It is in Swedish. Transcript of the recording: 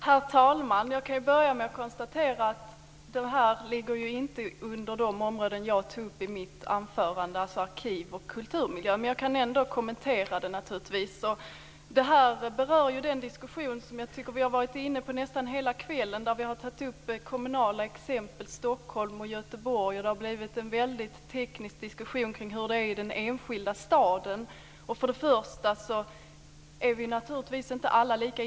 Herr talman! Jag kan börja med att konstatera att detta inte ligger under det område jag tog upp i mitt anförande, alltså arkiv och kulturmiljö. Men jag kan naturligtvis ändå kommentera det. Detta berör den diskussion som jag tycker att vi har varit inne på nästan hela kvällen. Vi har tagit upp kommunala exempel - Stockholm och Göteborg - och det har blivit en väldigt teknisk diskussion kring hur det är i den enskilda staden. Vi är naturligtvis inte alla lika insatta i alla frågor.